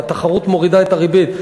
והתחרות מורידה את הריבית.